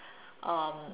um